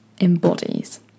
embodies